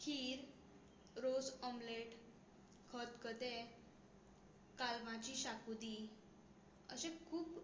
खीर रोस ऑमलेट खतखतें कालवांची शाकुती अशें खूब